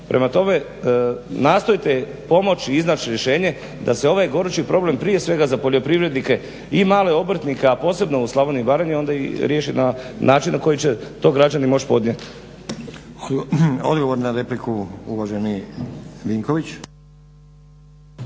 Prema tome, nastojte pomoći i iznaći rješenje da se ovaj gorući problem prije svega za poljoprivrednike i male obrtnike, a posebno u Slavoniji i Baranji onda riješi na način na koji će to građani moći podnijeti. **Stazić, Nenad (SDP)** Odgovor na repliku, uvaženi Vinković.